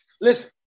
Listen